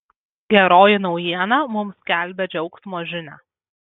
geroji naujiena mums skelbia džiaugsmo žinią